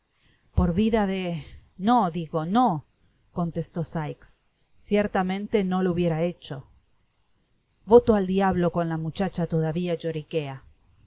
por vida de no digo no contestó sikes ciertamente no lo hubiera hecho voto al diablo con la muchacha todavia lloriquea